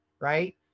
right